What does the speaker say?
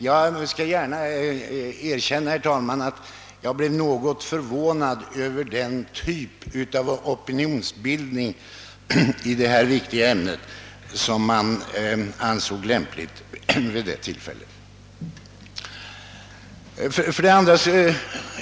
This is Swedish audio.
Jag skall gärna erkänna, herr talman, att jag blev något förvånad över att man ansåg det lämpligt att vid detta tillfälle tillåta en sådan typ av opinionsbildning i ett så stort och viktigt ämne.